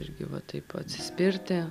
irgi va taip atsispirti